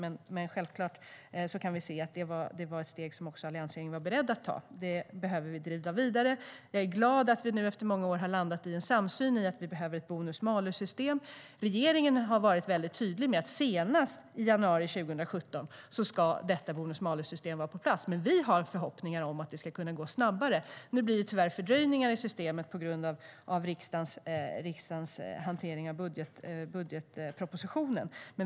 Men vi ser självklart att det var steg som också alliansregeringen var beredd att ta. Vi behöver driva detta vidare. Jag är glad att vi nu efter många år har landat i en samsyn om att vi behöver ett bonus-malus-system. Regeringen har varit väldigt tydlig med att bonus-malus-systemet ska vara på plats senast i januari 2017, men vi har förhoppningar om att det ska kunna gå snabbare. Nu blir det tyvärr fördröjningar i systemet på grund av riksdagens hantering av budgetpropositionen.